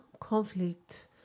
conflict